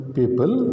people